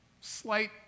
Slight